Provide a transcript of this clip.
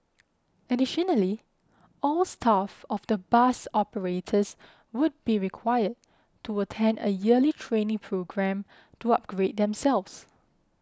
additionally all staff of the bus operators would be required to attend a yearly training programme to upgrade themselves